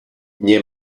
nie